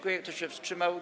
Kto się wstrzymał?